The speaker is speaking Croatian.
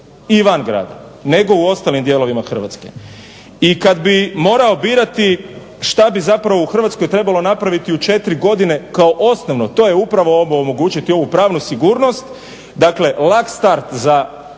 i van grada nego u ostalim dijelovima Hrvatske. I kad bi morao birati što bi zapravo u Hrvatskoj trebalo napraviti u četiri godine kao osnovno to je upravo ovo, omogućiti ovu pravnu sigurnost. Dakle, lak start za start